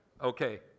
Okay